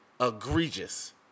egregious